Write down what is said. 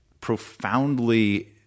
profoundly